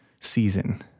season